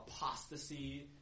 apostasy